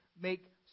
make